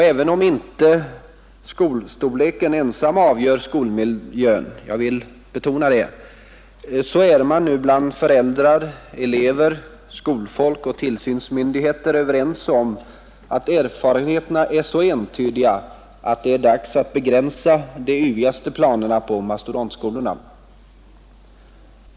Även om skolstorleken inte ensam avgör skolmiljön — jag vill betona det — så är man bland föräldrar, elever, skolfolk och tillsynsmyndigheter överens om att erfarenheterna är så entydiga, att det är dags att begränsa de yvigaste planerna på mastodontskolor.